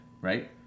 Right